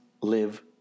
live